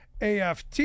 AFT